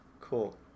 cool